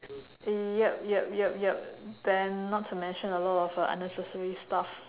yup yup yup yup then not to mention a lot of uh unnecessary stuff